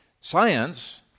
science